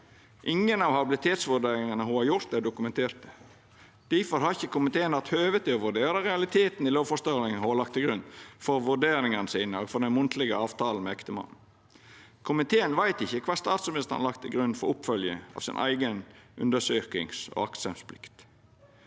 Ingen av habilitetsvurderingane ho har gjort, er dokumenterte. Difor har ikkje komiteen hatt høve til å vurdera realiteten i lovforståinga ho har lagt til grunn for vurderingane sine og for den munnlege avtalen med ektemannen. Komiteen veit ikkje kva statsministeren har lagt til grunn for oppfølging av si eiga undersøkings- og aktsemdsplikt.